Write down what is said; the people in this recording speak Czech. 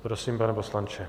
Prosím, pane poslanče.